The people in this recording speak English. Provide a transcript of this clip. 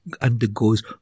undergoes